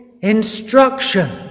instruction